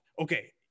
Okay